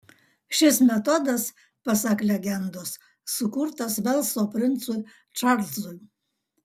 šis metodas pasak legendos sukurtas velso princui čarlzui